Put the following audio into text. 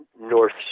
north